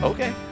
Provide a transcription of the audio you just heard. Okay